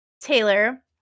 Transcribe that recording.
Taylor